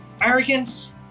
Arrogance